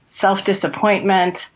self-disappointment